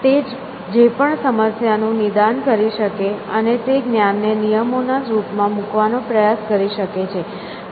તે જે પણ સમસ્યા નું નિદાન કરી શકે છે અને તે જ્ઞાન ને નિયમોના રૂપમાં મૂકવાનો પ્રયાસ કરી શકે છે